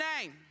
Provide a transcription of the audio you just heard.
name